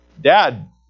Dad